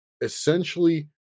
essentially